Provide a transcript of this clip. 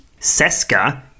Seska